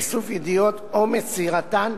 איסוף ידיעות או מסירתן,